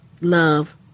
love